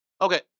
okay